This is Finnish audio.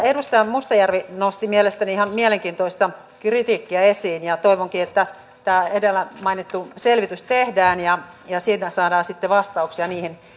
edustaja mustajärvi nosti mielestäni ihan mielenkiintoista kritiikkiä esiin ja toivonkin että tämä edellä mainittu selvitys tehdään ja ja siitä saadaan sitten vastauksia niihin